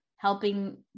Helping